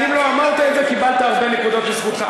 אם לא אמרת את זה, קיבלת הרבה נקודות לזכותך.